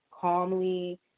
calmly